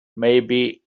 maybe